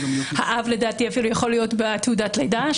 האב לדעתי אפילו יכול להיות בתעודת לידה,